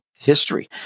history